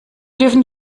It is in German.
dürfen